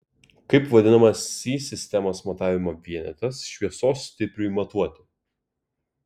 kaip vadinamas si sistemos matavimo vienetas šviesos stipriui matuoti